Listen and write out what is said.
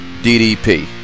DDP